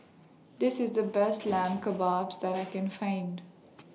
This IS The Best Lamb Kebabs that I Can Find